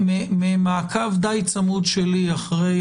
ממעקב די צמוד שלי אחרי